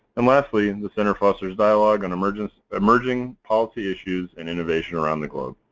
and lastly, and the center fosters dialog on emerging emerging policy issues and innovation around the globe.